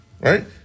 Right